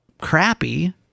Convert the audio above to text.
crappy